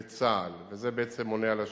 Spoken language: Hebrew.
לצה"ל, וזה בעצם עונה על השאלה,